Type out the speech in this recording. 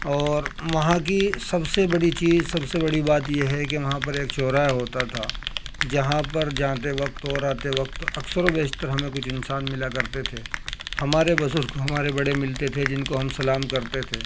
اور وہاں کی سب سے بڑی چیز سب سے بڑی بات یہ ہے کہ وہاں پر ایک چوراہا ہوتا تھا جہاں پر جاتے وقت اور آتے وقت اکثر و بیشتر ہمیں کچھ انسان ملا کرتے تھے ہمارے بزرگ ہمارے بڑے ملتے تھے جن کو ہم سلام کرتے تھے